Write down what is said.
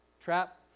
trap